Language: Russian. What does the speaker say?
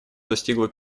достигла